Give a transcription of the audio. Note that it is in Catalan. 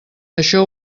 això